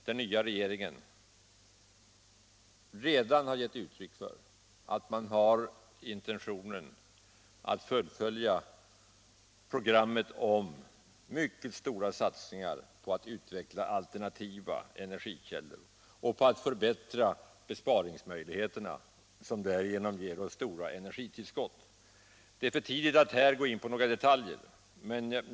Den nya regeringen har redan gett uttryck för att man har intentionen att fullfölja programmet på att utveckla alternativa energikällor och förbättra besparingsmöjligheterna med mycket stora satsningar, något som ger stora energitillskott. Det är för tidigt att här gå in på några detaljer.